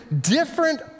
different